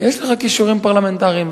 יש לך כישורים פרלמנטריים.